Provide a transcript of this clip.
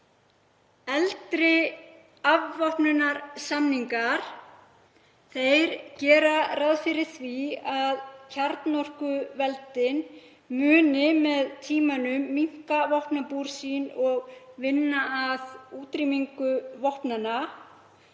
Eldri afvopnunarsamningar gera ráð fyrir því að kjarnorkuveldin muni með tímanum minnka vopnabúr sín og vinna að útrýmingu vopnanna.